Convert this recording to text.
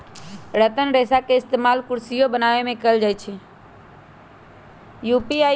रतन रेशा के इस्तेमाल कुरसियो बनावे में कएल जाई छई